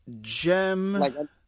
Gem